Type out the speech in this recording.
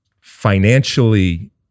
financially